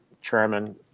chairman